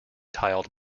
tiled